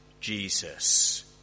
Jesus